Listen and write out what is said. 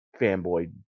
fanboy